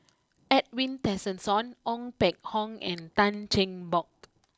Edwin Tessensohn Ong Peng Hock and Tan Cheng Bock